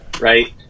right